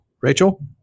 Rachel